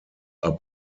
are